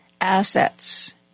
assets